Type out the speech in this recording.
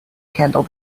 handle